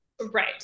right